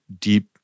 deep